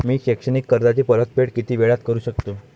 मी शैक्षणिक कर्जाची परतफेड किती वेळात करू शकतो